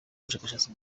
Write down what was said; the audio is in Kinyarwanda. ubushakashatsi